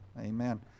Amen